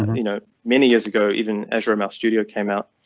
you know many years ago. even azure mouse studio came out.